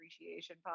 appreciation